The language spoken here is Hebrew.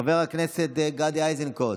חבר הכנסת גדי איזנקוט,